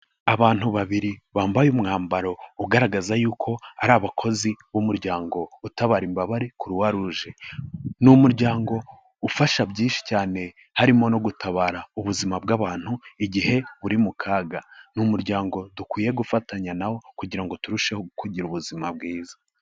Abantu babiri bambaye umwambaro ugaragaza yuko ari abakozi b'umuryango utabara imbabare Kuruwa ruje. Ni umuryango ufasha byinshi cyane harimo no gutabara ubuzima bw'abantu igihe buri mu kaga. Ni umuryango dukwiye gufatanya na wo kugira ngo turusheho kugira ubuzima bwiza.